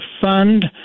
fund